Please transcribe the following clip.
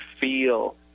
feel